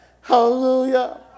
Hallelujah